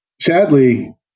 Sadly